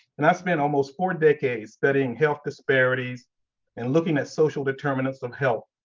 and i spent almost four decades studying health disparities and looking at social determinants of health.